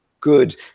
good